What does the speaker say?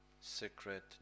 secret